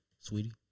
sweetie